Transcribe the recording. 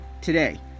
today